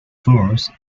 tours